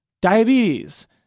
diabetes